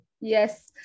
Yes